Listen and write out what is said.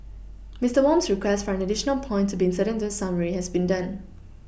Mister Wham's request for an additional point to be inserted into the summary has been done